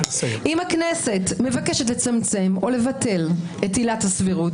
אם הכנסת מבקשת לצמצם או לבטל את עילת הסבירות,